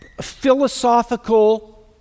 philosophical